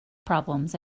problems